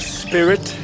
spirit